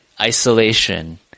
isolation